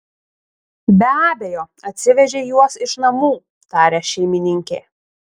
be abejo atsivežei juos iš namų taria šeimininkė